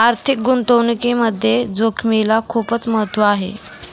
आर्थिक गुंतवणुकीमध्ये जोखिमेला खूप महत्त्व आहे